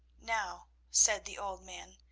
now, said the old man,